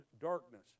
darkness